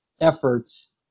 efforts